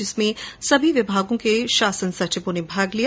जिसमें सभी विभागों के शासन सचिवों ने भाग लिया